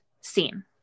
scene